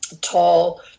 tall